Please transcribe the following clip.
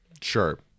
sure